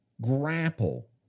grapple